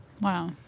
Wow